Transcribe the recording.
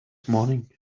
morning